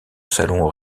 salon